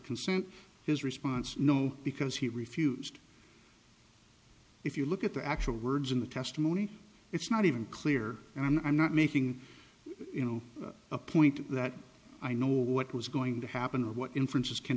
consent his response no because he refused if you look at the actual words in the testimony it's not even clear i'm not making you know a point that i know what was going to happen or what inferences can